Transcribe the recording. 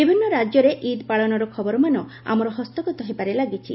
ବିଭିନ୍ନ ରାଜ୍ୟରେ ଇଦ୍ ପାଳନର ଖବରମାନ ଆମର ହସ୍ତଗତ ହେବାରେ ଲାଗିଛି